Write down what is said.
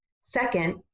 Second